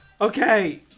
okay